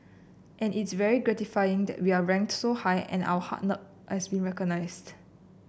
and it's very gratifying that we are ranked so high and our hard as been recognised